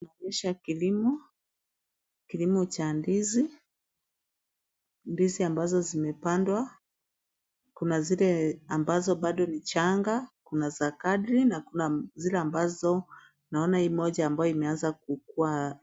Inaonyesha kilimo, kilimo cha ndizi, ndizi ambazo zimepandwa, kuna zile ambazo bado ni changa, kuna za kadri na kuna zile ambazo moja imeanza kukuwa.